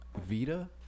vita